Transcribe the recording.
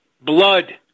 blood